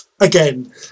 again